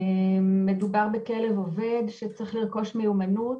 מדובר בכלב עובד שצריך לרכוש מיומנות